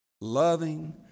Loving